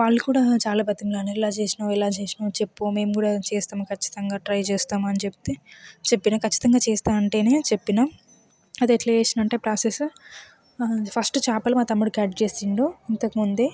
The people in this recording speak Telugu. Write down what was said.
వాళ్లు కూడా చాలా బ్రతిమలాడారు ఎలా చేసినావు ఎలా చేసినావు చెప్పు మేము కూడా చేస్తాము ఖచ్చితంగా ట్రై చేస్తామని చెప్తే చెప్పిన ఖచ్చితంగా చేస్తానంటేనే చెప్పిన అది ఎట్లా చేసినాను అంటే ప్రాసెస్ ఫస్ట్ చేపలు మా తమ్ముడు కట్ చేసిండు ఇంతకుముందే